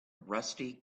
rusty